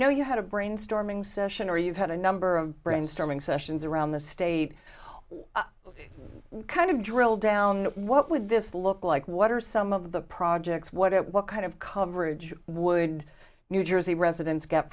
know you had a brainstorming session or you have a number of brainstorming sessions around the state kind of drill down what would this look like what are some of the projects what it what kind of coverage would new jersey residents get